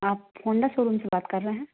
आप Honda showroom से बात कर रहे हैं